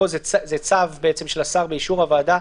זה צו של השר באישור הוועדה,